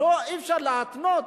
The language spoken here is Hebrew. אי-אפשר להתנות,